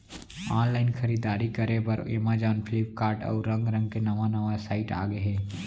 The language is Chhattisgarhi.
ऑनलाईन खरीददारी करे बर अमेजॉन, फ्लिपकार्ट, अउ रंग रंग के नवा नवा साइट आगे हे